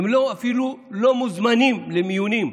אפילו לא מוזמנים למיונים.